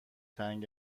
تنگ